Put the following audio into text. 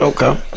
Okay